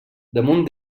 damunt